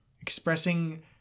expressing